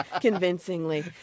Convincingly